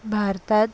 भारतात